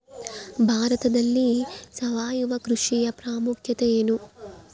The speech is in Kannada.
ಭಾರತದಲ್ಲಿ ಸಾವಯವ ಕೃಷಿಯ ಪ್ರಾಮುಖ್ಯತೆ ಎನು?